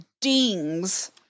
dings